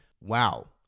wow